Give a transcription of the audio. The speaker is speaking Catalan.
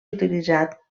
utilitzat